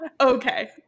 Okay